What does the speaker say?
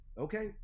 okay